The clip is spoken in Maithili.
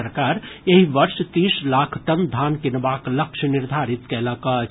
सरकार एहि वर्ष तीस लाख टन धान कीनबाक लक्ष्य निर्धारित कयलक अछि